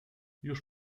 już